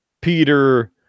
Peter